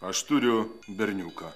aš turiu berniuką